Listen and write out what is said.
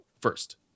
first